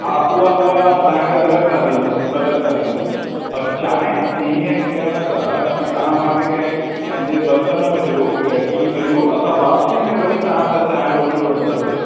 हा उहा उहा मां तव्हांखे अलॻि सां ॾींदुमि अलॻि सा ॾींदुमि त चांहि हीअं कयूं था की तव्हां मूंखे कंहिं पंहिंजे बरतन में ॾियो कैटिली में ॾियो असां वापसी में वरी तव्हां सां चांहि वठी वठंदासीं